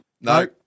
No